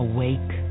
Awake